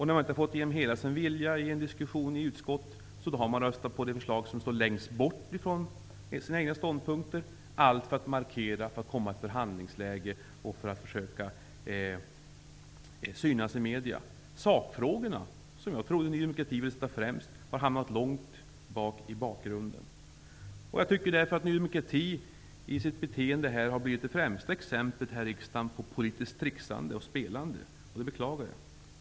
När man inte fått igenom sin vilja till fullo i en diskussion i utskottet har man röstat på det förslag som så att säga legat längst bort från de egna ståndpunkterna -- allt för att markera, för att komma i ett förhandlingsläge och för att kunna synas i medierna. Sakfrågorna, som jag trodde att Ny demokrati ville sätta främst, har hamnat långt bort i bakgrunden. Jag tycker därför att Ny demokratis beteende här i riksdagen har blivit det tydligaste exemplet på politiskt trixande och spelande. Detta beklagar jag.